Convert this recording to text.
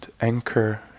anchor